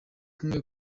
kumwe